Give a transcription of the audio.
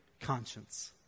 conscience